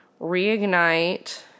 reignite